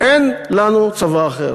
אין לנו צבא אחר,